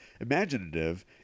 imaginative